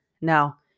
Now